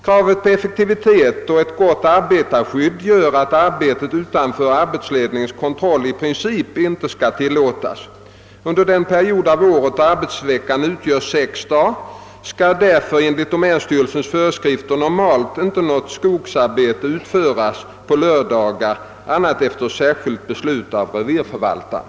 Kravet på effektivitet och ett gott arbetarskydd gör att arbete utanför arbetsledningens kontroll i princip inte kan tillåtas. Under den period av året då arbetsveckan utgör fem dagar skall därför enligt domänstyrelsens föreskrifter normalt inte något skogsarbete utföras på lördagar annat än efter särskilt beslut av revirförvaltaren.